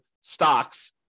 stocks